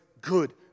good